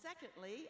secondly